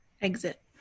Exit